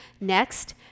Next